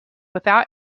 without